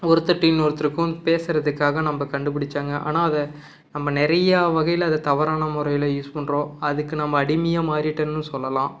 ஒருத்தர்கிட்டேந்து இன்னொருத்தருக்கும் பேசுறதுக்காக நம்ம கண்டுபிடிச்சாங்க ஆனால் அதை நம்ம நிறையா வகையில் அதை தவறான முறையில் யூஸ் பண்ணுறோம் அதுக்கு நம்ம அடிமையாக மாறிட்டோன்னு சொல்லலாம்